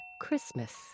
Christmas